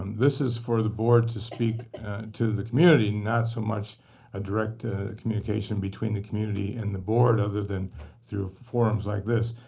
um this is for the board to speak to the community, not so much a direct communication between the community and the board other than through forums like this.